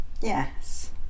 yes